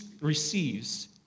receives